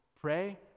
pray